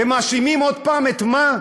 ומאשימים עוד פעם, את מה?